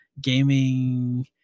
Gaming